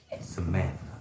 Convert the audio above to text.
Samantha